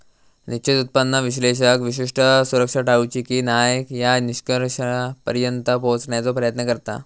निश्चित उत्पन्न विश्लेषक विशिष्ट सुरक्षा टाळूची की न्हाय या निष्कर्षापर्यंत पोहोचण्याचो प्रयत्न करता